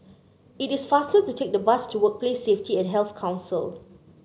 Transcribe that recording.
it is faster to take the bus to Workplace Safety and Health Council